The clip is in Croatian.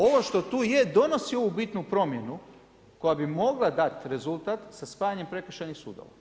Ovo što tu je donosi ovu bitnu promjenu koja bi mogla dati rezultat sa spajanjem prekršajnih sudova.